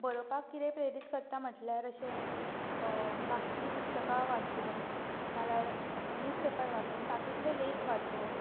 म्हाका बरोवपाक कितें प्रेरीत करता म्हणल्यार अशें बाकीचीं पुस्तकां वाचून ना जाल्यार न्यूज पेपर वाचून तातूंतले लेख वाचून